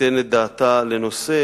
תיתן את דעתה לנושא